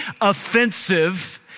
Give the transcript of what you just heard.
offensive